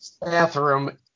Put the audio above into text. bathroom